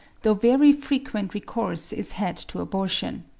though very frequent recourse is had to abortion.